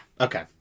Okay